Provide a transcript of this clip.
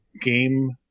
game